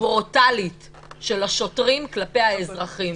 ברוטלית של השוטרים כלפי האזרחים.